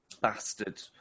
bastard